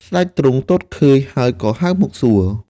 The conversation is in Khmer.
ស្ដេចទ្រង់ទតឃើញហើយក៏ហៅមកសួរ។